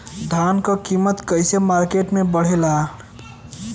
धान क कीमत कईसे मार्केट में बड़ेला?